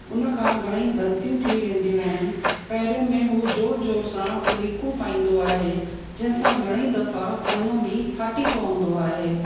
हुन खां घणेई ग़लतियूं थी वेंदियूं आहिनि पहिरें में हू जोर जोर सां लीकूं पाईंदो आहे जंहिं सां घणेई दफ़ा पनो बि फाटी पवंदो आहे